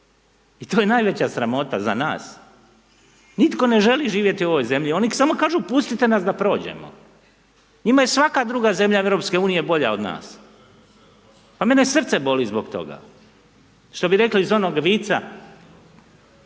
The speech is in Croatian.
i to je najveća sramota za nas, nitko ne želi živjeti u ovoj zemlji, oni samo kažu pustite nas da prođemo, njima je svaka druga zemlja EU bolja od nas, a mene srce boli zbog toga. Što bi rekli iz onog vica